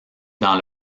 dans